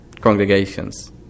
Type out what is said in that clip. congregations